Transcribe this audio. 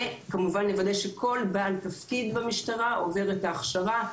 וכמובן לוודא שכל בעל תפקיד במשטרה עובר את ההכשרה,